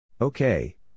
Okay